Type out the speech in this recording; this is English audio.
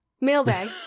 Mailbag